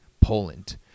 Poland